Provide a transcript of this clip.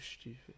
stupid